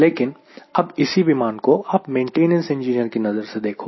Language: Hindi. लेकिन अब इसी विमान को आप मेंटेनेंस इंजीनियर की नजर से देखो